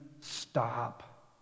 stop